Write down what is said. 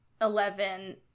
Eleven